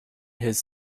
his